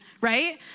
right